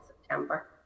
September